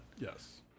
Yes